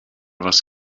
was